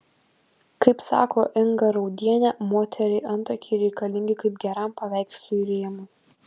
kaip sako inga raudienė moteriai antakiai reikalingi kaip geram paveikslui rėmai